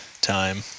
time